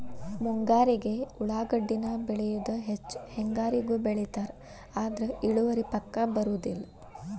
ಮುಂಗಾರಿಗೆ ಉಳಾಗಡ್ಡಿನ ಬೆಳಿಯುದ ಹೆಚ್ಚ ಹೆಂಗಾರಿಗೂ ಬೆಳಿತಾರ ಆದ್ರ ಇಳುವರಿ ಪಕ್ಕಾ ಬರುದಿಲ್ಲ